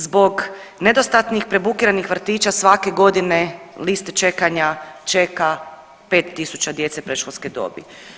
Zbog nedostatnih prebukiranih vrtića svake godine liste čekanja čeka 5000 djece predškolske dobi.